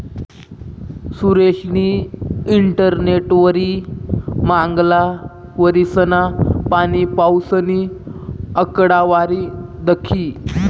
सुरेशनी इंटरनेटवरी मांगला वरीसना पाणीपाऊसनी आकडावारी दखी